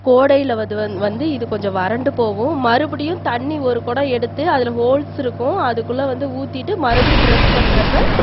கோடையில் அது வந்து இது கொஞ்சம் வறண்டு போகும் மறுபடியும் தண்ணி ஒரு கொடம் எடுத்து அதுல ஹோல்ஸ் இருக்கும் அதுக்குள்ளே வந்து ஊத்திவிட்டு மறுபடி பிரெஸ் பண்ணுறப்ப